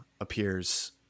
Appears